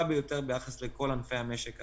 ביותר ביחס לכל ענפי המשק האחרים.